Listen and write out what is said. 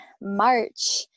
March